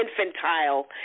infantile